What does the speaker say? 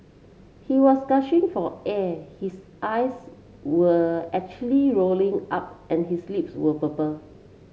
he was gashing for air his eyes were actually rolling up and his lips were purple